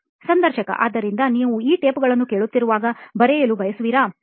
ಸಂದರ್ಶಕ ಆದ್ದರಿಂದ ನೀವು ಈ ಟೇಪ್ಗಳನ್ನು ಕೇಳುತ್ತಿರುವಾಗ ಬರೆಯಲು ಬಯಸುವಿರಾ